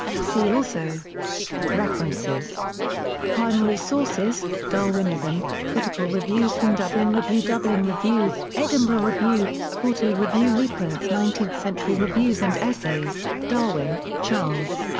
see also references primary sources darwinism critical reviews from dublin review dublin review, edinburgh review, quarterly review reprints nineteenth century reviews and essays darwin, charles.